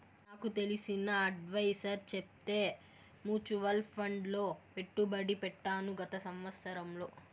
నాకు తెలిసిన అడ్వైసర్ చెప్తే మూచువాల్ ఫండ్ లో పెట్టుబడి పెట్టాను గత సంవత్సరంలో